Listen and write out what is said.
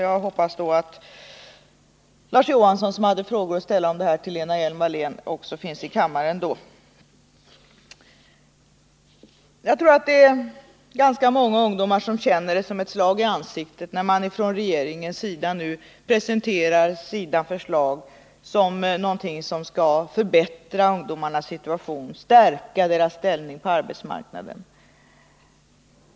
Jag hoppas att Larz Johansson, som hade frågor att ställa till Lena Hjelm-Wallén, också är i kammaren då. Jag tror att ganska många ungdomar känner det som ett slag i ansiktet när regeringen nu presenterar sina förslag som någonting som skall förbättra ungdomarnas situation — stärka deras ställning på arbetsmarknaden.